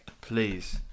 please